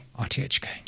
RTHK